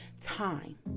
time